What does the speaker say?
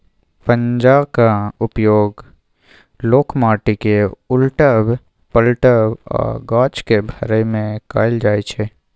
पंजाक उपयोग लोक माटि केँ उलटब, पलटब आ गाछ केँ भरय मे कयल जाइ छै